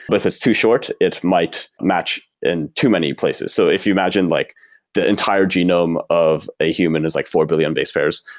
but if it's too short, it might match in too many places so if you imagine like the entire genome of a human is like four billion base pairs.